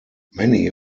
many